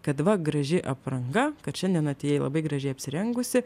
kad va graži apranga kad šiandien atėjai labai gražiai apsirengusi